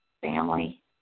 family